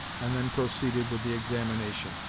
and then proceeded with the examination.